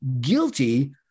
guilty